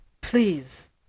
Please